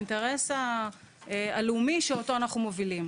האינטרס הלאומי שאותו אנחנו מובילים.